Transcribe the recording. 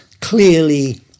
clearly